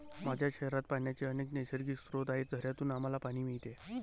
माझ्या शहरात पाण्याचे अनेक नैसर्गिक स्रोत आहेत, झऱ्यांतून आम्हाला पाणी मिळते